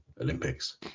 Olympics